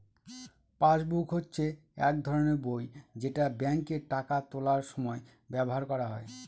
passbook হচ্ছে এক ধরনের বই যেটা ব্যাঙ্কে টাকা তোলার সময় ব্যবহার করা হয়